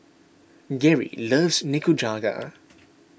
Geri loves Nikujaga